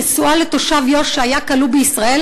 נשואה לתושב יו"ש שהיה כלוא בישראל,